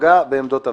שפגע בעמדות הוועדה?